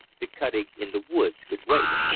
the cutting in the woods could wait.